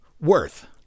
worth